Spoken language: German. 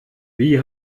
wie